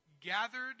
gathered